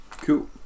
Cool